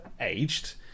aged